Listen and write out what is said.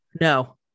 No